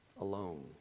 Alone